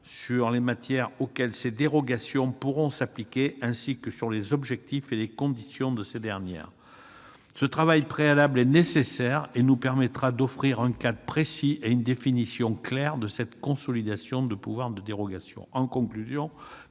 sur les matières auxquelles ces dérogations pourront s'appliquer, ainsi que sur les objectifs et les conditions de celles-ci. Ce travail préalable est nécessaire et nous permettra d'offrir un cadre précis et une définition claire de la consolidation du pouvoir de dérogation.